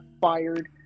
fired